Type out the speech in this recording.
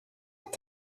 und